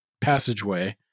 passageway